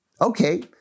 okay